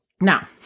Now